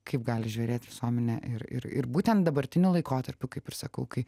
kaip gali žverėt visuomenė ir ir ir būtent dabartiniu laikotarpiu kaip ir sakau kai